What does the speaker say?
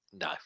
No